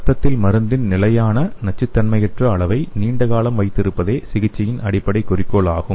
இரத்தத்தில் மருந்தின் நிலையான நச்சுத்தன்மையற்ற அளவை நீண்ட காலம் வைத்திருப்பதே சிகிச்சையின் அடிப்படை குறிக்கோள் ஆகும்